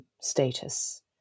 status